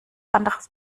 anderes